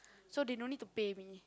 so they don't need to pay me